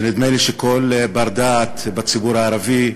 שנדמה לי שכל בר-דעת בציבור הערבי,